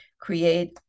create